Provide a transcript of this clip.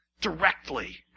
directly